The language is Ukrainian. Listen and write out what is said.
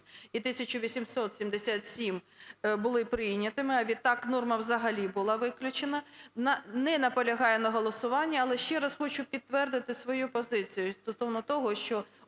і 1877 були прийнятими, а відтак норма взагалі була виключена. Не наполягаю на голосування. Але ще раз хочу підтвердити свою позицію